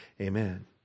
Amen